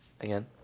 Again